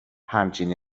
همچین